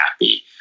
happy